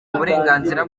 uburenganzira